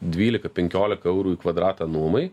dvylika penkiolika eurų į kvadratą nuomai